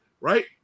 right